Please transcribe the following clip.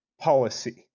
policy